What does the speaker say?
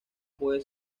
puede